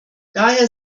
daher